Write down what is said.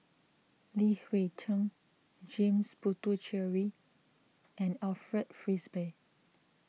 Li Hui Cheng James Puthucheary and Alfred Frisby